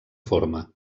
forma